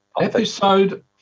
Episode